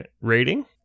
rating